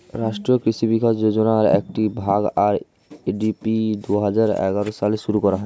রাষ্ট্রীয় কৃষি বিকাশ যোজনার একটি ভাগ, আর.এ.ডি.পি দুহাজার এগারো সালে শুরু করা হয়